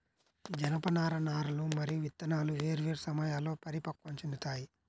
జనపనార నారలు మరియు విత్తనాలు వేర్వేరు సమయాల్లో పరిపక్వం చెందుతాయి